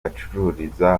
bacururiza